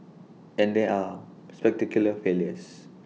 and there are spectacular failures